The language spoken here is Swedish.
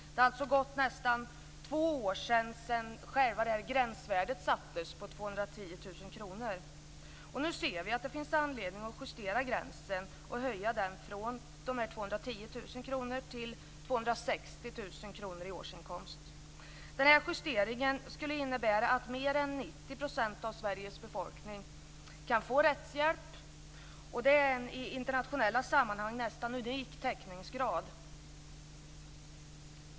Det har alltså gått nästan två år sedan själva gränsvärdet sattes till Nu ser vi att det finns anledning att justera gränsen och höja den från 210 000 kr till 260 000 kr i årsinkomst. Den här justeringen skulle innebära att mer än 90 % av Sveriges befolkning kan få rättshjälp. Det är i internationella sammanhang en nästan unik täckningsgrad.